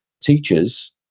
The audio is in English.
teachers